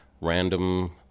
random